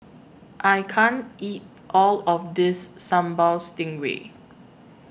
I can't eat All of This Sambal Stingray